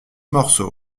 morceau